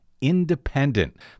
independent